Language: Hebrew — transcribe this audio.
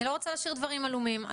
אני לא רוצה להשאיר דברים עלומים.